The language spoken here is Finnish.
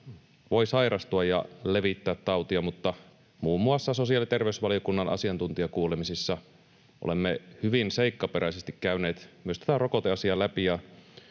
voi sairastua ja levittää tautia, mutta muun muassa sosiaali‑ ja terveysvaliokunnan asiantuntijakuulemisissa olemme hyvin seikkaperäisesti käyneet myös tätä rokoteasiaa läpi